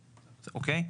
אוקיי?